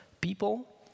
people